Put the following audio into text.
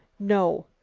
no,